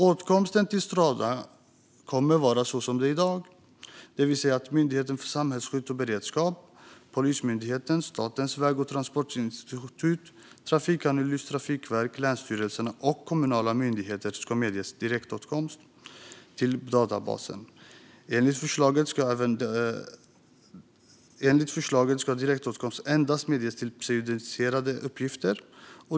Åtkomsten till Strada kommer att vara sådan som den här i dag, det vill säga att Myndigheten för samhällsskydd och beredskap, Polismyndigheten, Statens väg och transportforskningsinstitut, Trafikanalys, Trafikverket, länsstyrelserna och kommunala myndigheter ska medges direktåtkomst till databasen. Enligt förslaget ska direktåtkomst medges endast till pseudonymiserade uppgifter.